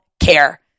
care